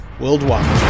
worldwide